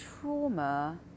trauma